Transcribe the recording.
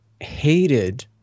hated